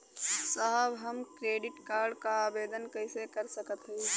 साहब हम credit card क आवेदन कइसे कर सकत हई?